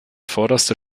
vorderster